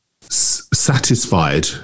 satisfied